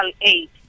aid